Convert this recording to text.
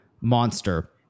monster